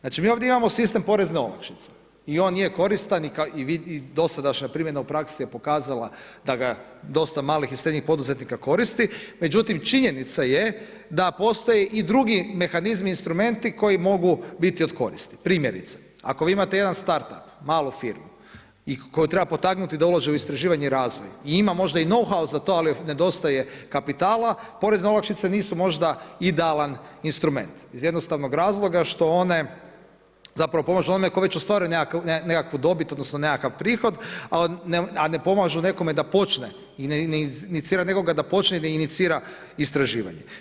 Znači mi ovdje imamo sistem porezne olakšice i on je koristan i dosadašnja primjena u praksi je pokazala da ga dosta malih i srednjih poduzetnika koristi, međutim, činjenica je da postoje i drugi mehanizmi i instrumenti koji mogu biti od koristi, primjerice ako vi imate jedan startup malu firmu i koju treba potaknuti da uloži u istraživanje i razvoj i ima možda … za to, ali nedostaje kapitala, porezne olakšice nisu možda idealan instrument iz jednostavnog razloga što one zapravo … nekakvu dobit, odnosno nekakav prihod, a ne pomažu nekome da počne, ne inicira nekoga da počne i ne inicira istraživanje.